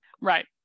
right